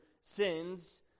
sins